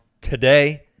today